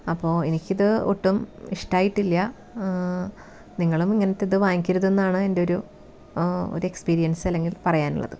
അപ്പോൾ എനിക്ക് ഇത് ഒട്ടും ഇഷ്ട്ടമായിട്ടില്ല നിങ്ങളും ഇങ്ങനത്തേത് വാങ്ങിക്കരുത് എന്നാണ് എൻ്റെ ഒരു ഒരു എസ്പീരിയൻസ് അല്ലെങ്കിൽ പറയാനുള്ളത്